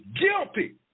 guilty